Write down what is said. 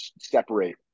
separate